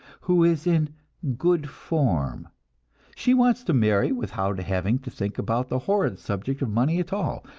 who is in good form she wants to marry without having to think about the horrid subject of money at all,